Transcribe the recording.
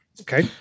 okay